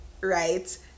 right